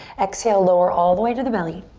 exhale, lower all the way to the belly.